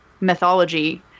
mythology